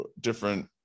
different